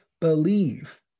believe